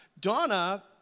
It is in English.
Donna